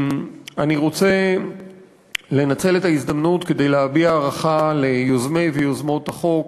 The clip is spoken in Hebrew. אני רוצה לנצל את ההזדמנות כדי להביע הערכה ליוזמי ויוזמות החוק.